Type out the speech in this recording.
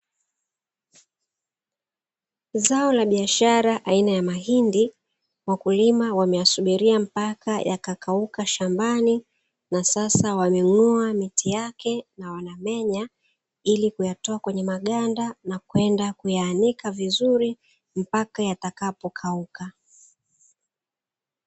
Zao la biashara aina ya mahindi, wakulima wameyasubilia mpaka yakakauka shambani na sasa wameng’oa miti yake na wanamenya ili kuyatoa kwenye maganda na kwenda kuyaanika vizuri mpaka yatakapokauka.